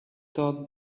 thought